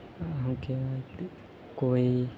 હું કહેવાય તે કોઈ